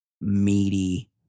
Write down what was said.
meaty